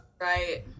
right